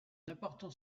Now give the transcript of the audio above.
apportant